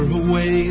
away